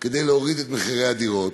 כדי להוריד את מחירי הדירות,